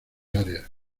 áreas